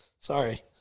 Sorry